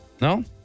No